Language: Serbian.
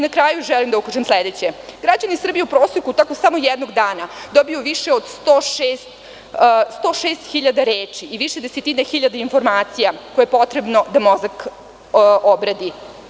Na kraju želim da ukažem sledeće, građani Srbije u proseku tokom jednog dana, dobiju više od 106.000 reči i više desetine hiljada informacija što je potrebno da mozak obradi.